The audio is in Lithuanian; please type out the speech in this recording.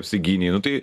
apsigynei nu tai